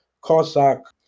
Cossack